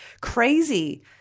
crazy